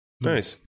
Nice